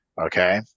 Okay